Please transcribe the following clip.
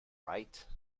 right